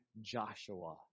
Joshua